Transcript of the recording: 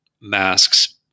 masks